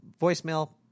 voicemail